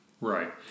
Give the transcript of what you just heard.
Right